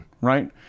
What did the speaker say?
Right